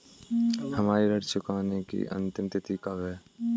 हमारी ऋण चुकाने की अंतिम तिथि कब है?